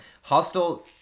Hostel